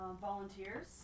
volunteers